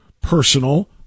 personal